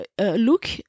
look